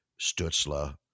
Stutzla